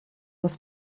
was